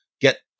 get